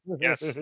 Yes